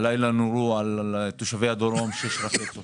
הלילה נורו על תושבי הדרום שש רקטות.